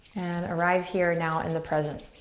arrive here now in the present.